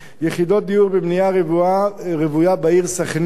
יחידות דיור בבנייה רוויה בעיר סח'נין,